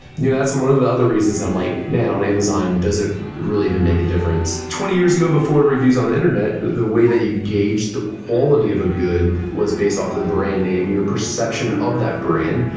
you know that's one of the other reasons i'm like, man, on amazon does it really even make a difference. twenty years ago before reviews on the internet, the way that you gauge the quality of a good was based off the brand name and your perception of that brand,